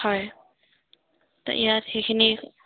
হয় ইয়াত সেইখিনি